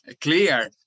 clear